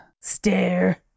Stare